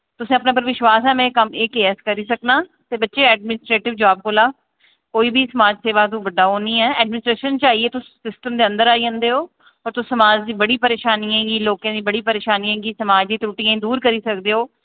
तुसें अपने उप्पर विश्वास ऐ में एह् कम्म एह् के ऐस्स करी सकनां ते बच्चे एडमिनिस्ट्रेटिव जाब कोला कोई बी समाजसेवा तो बड्डा ओह् निं ऐ एडमिनिस्ट्रेशन च आइयै तुस सिस्टम दे अंदर आई जंदे ओ और तुस समाज दी बड़ी परेशानियें गी लोकें दी बड़ी परेशानियें गी समाज दी त्रुटियें गी दूर करी सकदे ओ